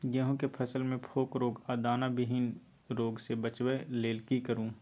गेहूं के फसल मे फोक रोग आ दाना विहीन रोग सॅ बचबय लेल की करू?